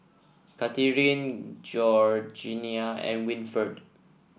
Kathaleen Georgeanna and Winford